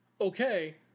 okay